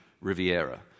Riviera